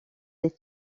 les